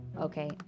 Okay